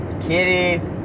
Kitty